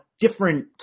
different